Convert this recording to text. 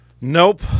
Nope